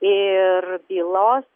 ir bylos